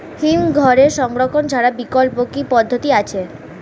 হিমঘরে সংরক্ষণ ছাড়া বিকল্প কি পদ্ধতি আছে?